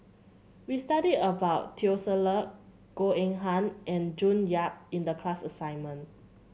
we studied about Teo Ser Luck Goh Eng Han and June Yap in the class assignment